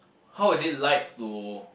how is it like to